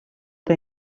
the